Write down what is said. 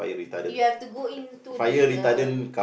you have to go into the uh